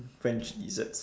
french desserts